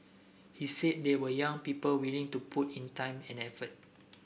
he said there were young people willing to put in time and effort